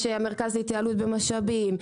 יש את המרכז להתייעלות במשאבים,